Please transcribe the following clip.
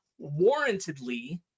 warrantedly